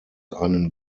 einen